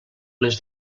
les